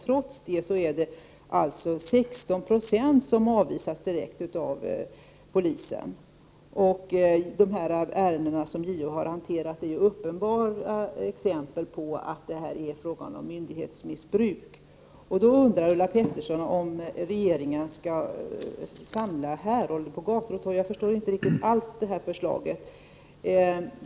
Trots det avvisas 16 76 direkt av polisen. Ärendena som JO har hanterat är uppenbara exempel på att det är fråga om myndighetsmissbruk. Då undrar Ulla Pettersson om regeringen skall skicka ut härolder på gator och torg. Jag förstår inte alls det resonemanget.